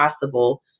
possible